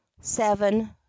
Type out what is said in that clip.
seven